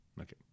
Okay